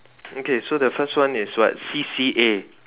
okay so the first one is what C_C_A